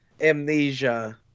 amnesia